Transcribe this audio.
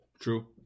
True